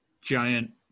giant